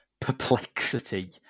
perplexity